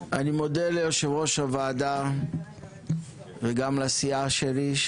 ליושב-ראש הוועדה וגם לסיעה שלי,